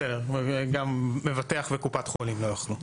בסדר, מבטח וקופת חולים לא יוכלו.